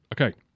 okay